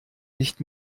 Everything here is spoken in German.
nicht